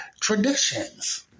traditions